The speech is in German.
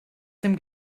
dem